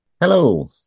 Hello